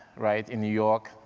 right, in new york,